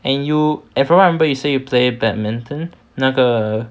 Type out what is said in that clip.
and you if I remember you say you play badminton 那个